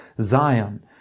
Zion